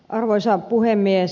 arvoisa puhemies